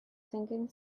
thinking